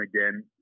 again